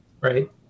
right